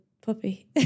puppy